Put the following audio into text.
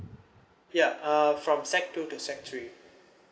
yeah uh from sec two to sec three